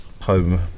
home